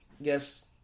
Yes